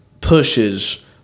pushes